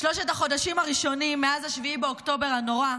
בשלושת החודשים הראשונים מאז 7 באוקטובר הנורא,